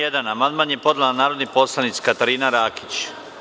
Na član 1. amandman je podnela narodni poslanik Katarina Rakić.